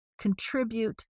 contribute